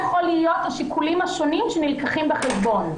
אמרתי מה יכולים להיות השיקולים השונים שנלקחים בחשבון.